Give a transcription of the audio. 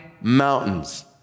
mountains